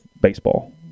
baseball